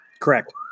correct